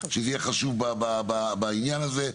שזה יהיה חשוב בעניין הזה.